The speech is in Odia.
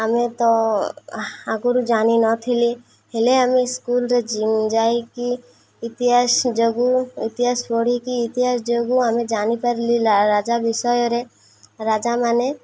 ଆମେ ତ ଆଗରୁ ଜାଣିନଥିଲି ହେଲେ ଆମେ ସ୍କୁଲରେ ଯାଇକି ଇତିହାସ ଯୋଗୁଁ ଇତିହାସ ପଢ଼ିକି ଇତିହାସ ଯୋଗୁଁ ଆମେ ଜାଣିପାରିଲି ରାଜା ବିଷୟରେ ରାଜାମାନେ